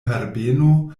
herbeno